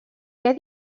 què